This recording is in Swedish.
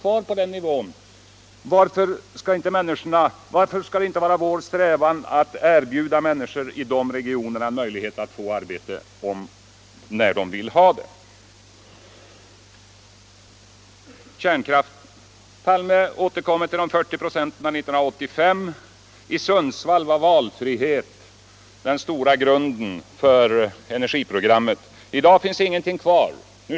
Varför skall det inte vara vår strävan att erbjuda människor i de regionerna möjlighet att få arbete när de vill ha det? Så kärnkraften. Herr Palme återkommer till de 40 procenten år 1985. I Sundsvall var valfrihet den stora grunden för Palmes energiprogram. I dag finns ingenting kvar av valfriheten.